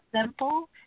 simple